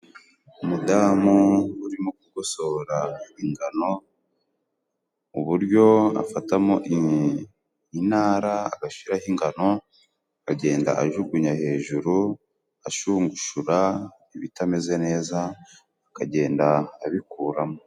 Umudamu urimo kugosora ingano mu buryo afatamo inara agashiraho ingano, agenda ajugunya hejuru ashungushura ibitameze neza akagenda abikuramo.